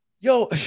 Yo